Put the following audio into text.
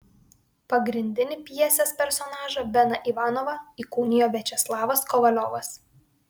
pagrindinį pjesės personažą beną ivanovą įkūnijo viačeslavas kovaliovas